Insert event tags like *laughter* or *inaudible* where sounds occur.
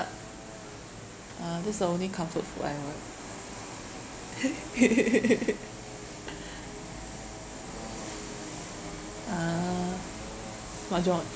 uh this is the only comfort food I want *laughs* ah mahjong